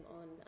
on